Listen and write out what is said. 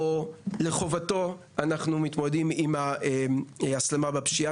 או שלחובתו אנחנו מתמודדים עם ההסלמה בפשיעה.